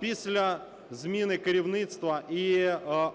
після зміни керівництва і